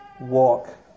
walk